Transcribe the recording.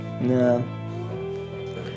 No